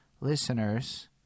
listeners